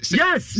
yes